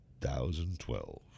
2012